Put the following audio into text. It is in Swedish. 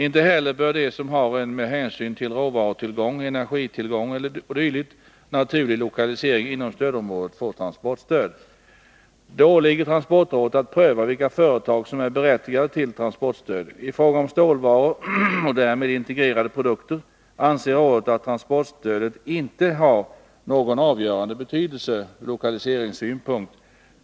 Inte heller bör de som har en med hänsyn till råvarutillgång, energitillgång e. d. naturlig lokalisering inom stödområdet få transportstöd. Det åligger transportrådet att pröva vilka företag som är berättigade till transportstöd. I fråga om stålvaror och därmed integrerade produkter anser rådet att transportstödet inte har någon avgörande betydelse ur lokaliseringssynpunkt.